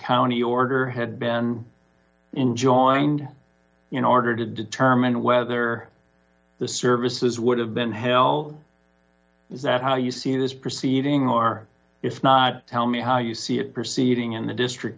county order had been enjoying and in order to determine whether the services would have been hell is that how you see this proceeding or if not tell me how you see it proceeding in the district